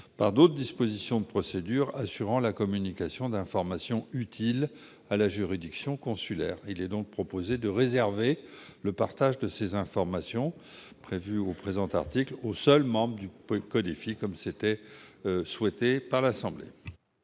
par d'autres dispositions de procédure assurant la communication d'informations utiles à la juridiction consulaire. Aussi est-il proposé de réserver le partage des informations prévu par le présent article aux seuls membres du CODEFI, comme l'a souhaité l'Assemblée